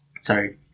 sorry